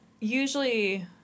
usually